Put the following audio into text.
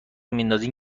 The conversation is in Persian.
میندازین